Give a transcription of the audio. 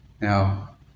Now